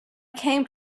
came